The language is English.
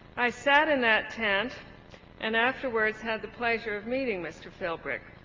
i sat in that tent and afterwards had the pleasure of meeting mr. philbrick.